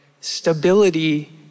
Stability